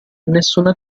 nessuna